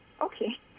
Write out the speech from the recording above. Okay